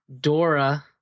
dora